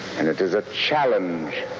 and it is a challenge